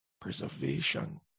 preservation